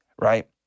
right